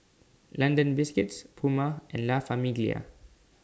London Biscuits Puma and La Famiglia